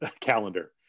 calendar